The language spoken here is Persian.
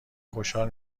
خوشحال